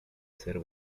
ser